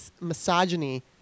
misogyny